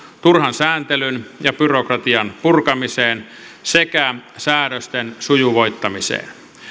turhan sääntelyn ja byrokratian purkamiseen sekä säädösten sujuvoittamiseen